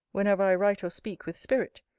whenever i write or speak with spirit,